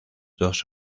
dos